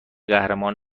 قهرمان